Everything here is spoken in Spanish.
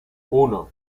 uno